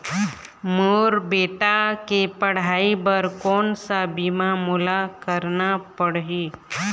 मोर बेटा के पढ़ई बर कोन सा बीमा मोला करना पढ़ही?